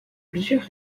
plusieurs